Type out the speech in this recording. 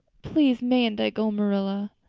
please, mayn't i go, marilla?